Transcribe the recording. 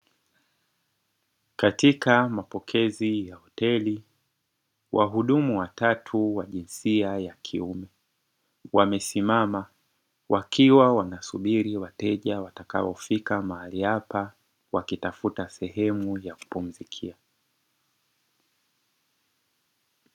Katika mapokezi ya hoteli wahudumu watatu wa jinsia ya kiume wamesimama, wakiwa wanasubiri wateja watakaofika mahali hapa wakiwa wanatafuta sehemu ya kupumzikia.